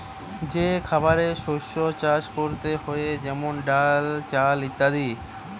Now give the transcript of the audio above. যে খাবারের শস্য চাষ করতে হয়ে যেমন চাল, ডাল ইত্যাদি